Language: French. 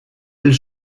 elles